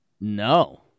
No